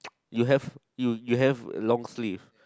you have you have long sleeve